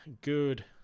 good